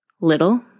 Little